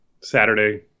Saturday